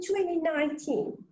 2019